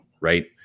right